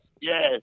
Yes